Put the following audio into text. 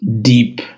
deep